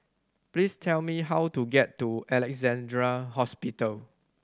please tell me how to get to Alexandra Hospital